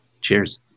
Cheers